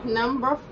number